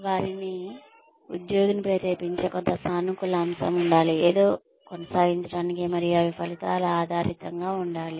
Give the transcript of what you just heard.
వారికి ఉద్యోగిని ప్రేరేపించే కొంత సానుకూల అంశం ఉండాలి ఏదో కొనసాగించడానికి మరియు అవి ఫలితాల ఆధారితంగా ఉండాలి